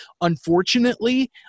unfortunately